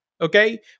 Okay